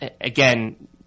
again